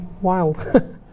wild